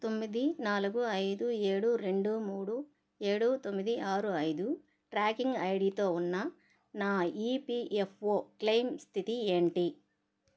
తొమ్మిది నాలుగు ఐదు ఏడు రెండు మూడు ఏడు తొమ్మిది ఆరు ఐదు ట్రాకింగ్ ఐడితో ఉన్న నా ఈపిఎఫ్ఓ క్లెయిమ్ స్థితి ఏంటి